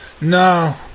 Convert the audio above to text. No